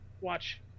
watch